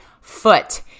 foot